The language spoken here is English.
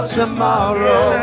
tomorrow